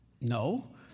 no